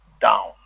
down